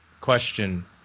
question